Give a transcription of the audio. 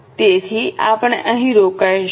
તેથી આપણે અહીં રોકાઈશું